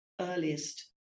earliest